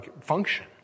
function